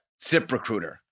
ZipRecruiter